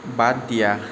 বাদ দিয়া